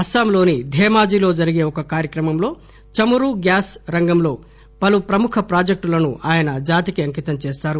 అస్పాంలోని ధేమాజీ లో జరిగే ఒక కార్యక్రమంలో చమురు గ్యాస్ రంగంలో పలు ప్రముఖ ప్రాజెక్టులను ఆయన జాతికి అంకితం చేస్తారు